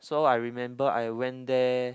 so I remember I went there